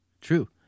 True